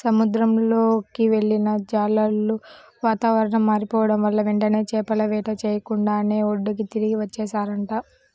సముద్రంలోకి వెళ్ళిన జాలర్లు వాతావరణం మారిపోడం వల్ల వెంటనే చేపల వేట చెయ్యకుండానే ఒడ్డుకి తిరిగి వచ్చేశారంట